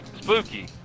spooky